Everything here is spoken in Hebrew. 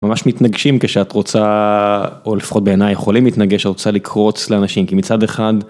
ממש מתנגשים כשאת רוצה או לפחות בעיני יכולים להתנגש רוצה לקרוץ לאנשים כי מצד אחד.